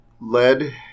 Lead